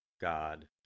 God